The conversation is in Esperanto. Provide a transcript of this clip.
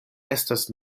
estas